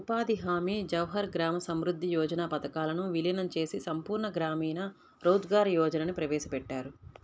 ఉపాధి హామీ, జవహర్ గ్రామ సమృద్ధి యోజన పథకాలను వీలీనం చేసి సంపూర్ణ గ్రామీణ రోజ్గార్ యోజనని ప్రవేశపెట్టారు